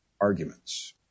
arguments